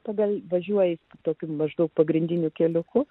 todėl važiuojant tokiu maždaug pagrindiniu keliuku